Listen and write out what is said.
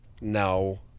no